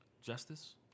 justice